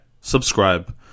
subscribe